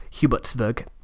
Hubertsburg